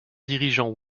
dirigeants